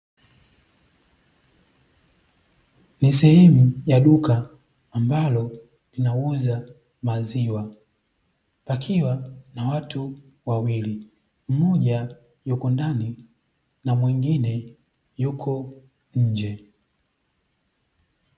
Ni sehemu ya duka ambalo linauza maziwa pakiwa na watu wawili, mmoja yupo ndani na mwengine yuko nje.